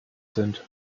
sind